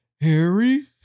harry